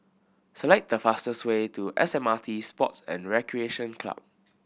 select the fastest way to S M R T Sports and Recreation Club